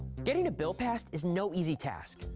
getting a bill passed is no easy task.